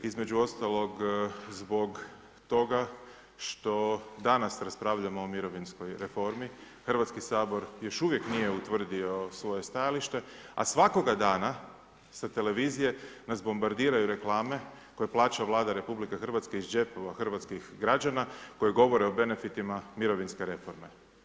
Između ostalog zbog toga što danas raspravljamo o mirovinskoj reformi, Hrvatski sabor još uvijek nije utvrdio svoje stajalište a svakoga dana sa televizije nas bombardiraju reklame koje plaća Vlada RH iz džepova hrvatskih građama koje govore o benefitima mirovinske reforme.